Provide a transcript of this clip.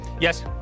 Yes